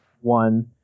one